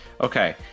Okay